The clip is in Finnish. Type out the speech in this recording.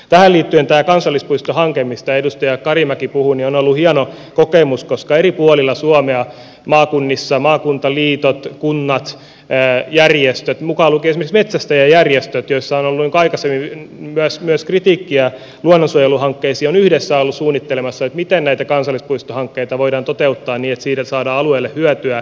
tähän liittyen tämä kansallispuistohanke mistä edustaja karimäki puhui on ollut hieno kokemus koska eri puolilla suomea maakunnissa maakuntaliitot kunnat järjestöt mukaan lukien esimerkiksi metsästäjäjärjestöt joissa on ollut aikaisemmin myös kritiikkiä luonnonsuojeluhankkeita kohtaan ovat yhdessä olleet suunnittelemassa miten näitä kansallispuistohankkeita voidaan toteuttaa niin että niistä saadaan alueelle hyötyä